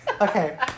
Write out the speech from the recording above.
Okay